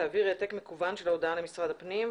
"תעביר העתק מקוון של ההודעה למשרד הפנים,